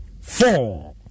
Four